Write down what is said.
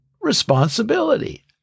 responsibility